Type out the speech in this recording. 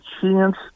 chance